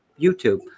YouTube